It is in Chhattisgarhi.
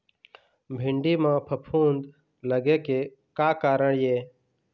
भिंडी म फफूंद लगे के का कारण ये?